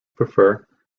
prefer